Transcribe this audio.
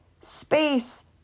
space